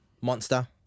Monster